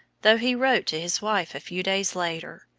though he wrote to his wife a few days later,